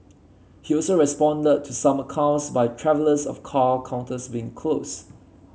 he also responded to some accounts by travellers of car counters being closed